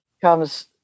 comes